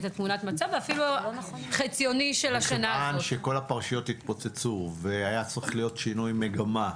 מכיוון שכל הפרשיות התפוצצו והיה צריך להיות שינוי מגמה,